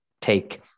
take